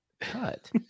cut